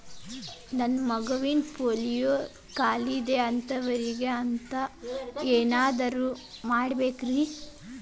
ನನ್ನ ಮಗನಿಗ ಪೋಲಿಯೋ ಕಾಲಿದೆ ಅಂತವರಿಗ ಅಂತ ಏನಾದರೂ ಯೋಜನೆಗಳಿದಾವೇನ್ರಿ?